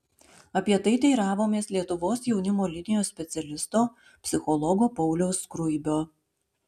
apie tai teiravomės lietuvos jaunimo linijos specialisto psichologo pauliaus skruibio